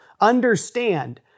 Understand